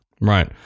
Right